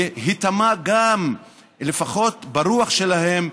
להיטמע גם, לפחות ברוח שלהם,